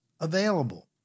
Available